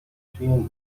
jęczmień